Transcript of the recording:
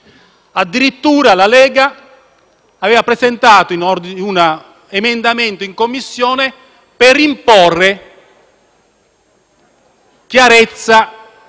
Addirittura, la Lega aveva presentato un emendamento in Commissione per imporre chiarezza